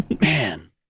man